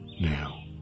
Now